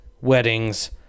weddings